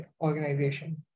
organization